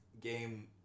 game